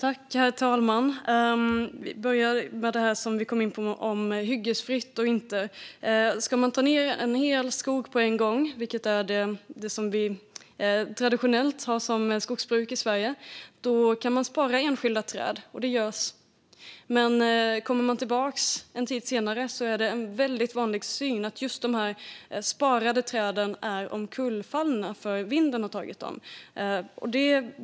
Herr talman! Jag börjar med frågan om hyggesfritt skogsbruk eller inte. Ska man ta ned en hel skog på en gång, vilket ju är det skogsbruk som traditionellt bedrivs i Sverige, kan man spara enskilda träd. Det görs. Men kommer man tillbaka en tid senare är det en väldigt vanlig syn att just de sparade träden är omkullfallna, för vinden har tagit dem.